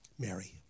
Mary